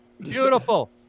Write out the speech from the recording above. Beautiful